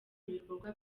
ibikorwa